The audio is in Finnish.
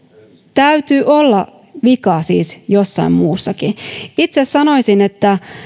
täytyy olla vikaa siis jossain muussakin itse sanoisin että